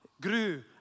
grew